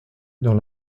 dans